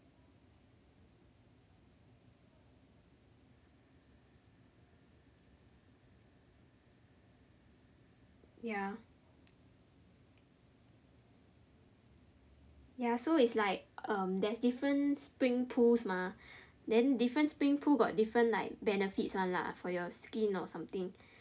ya ya so it's like um there's different spring pools mah then different spring pool got different like benefits [one] lah for your skin or something